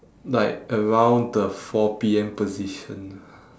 like around the four P_M position